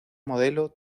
modelo